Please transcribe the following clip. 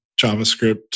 JavaScript